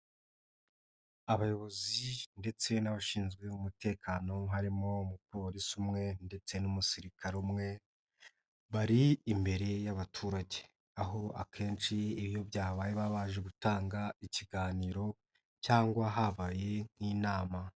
Abayobozi ndetse n'abashinzwe umutekano harimo umupolisi umwe ndetse n'umusirikare umwe, bari imbere y'abaturage. Aho akenshi iyo byabaye baba baje gutanga ikiganiro cyangwa habaye nk'inama.